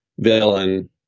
villain